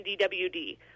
DWD